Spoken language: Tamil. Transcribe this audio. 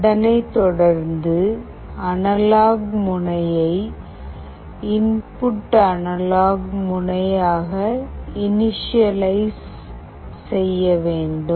அதனைத் தொடர்ந்து அனலாக் முனையை இன்புட் அனலாக் முனையாக இணிஷியலைஸ் செய்ய வேண்டும்